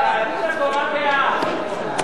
חוק להרחבת הייצוג ההולם לבני